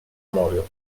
mòbil